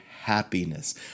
happiness